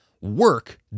work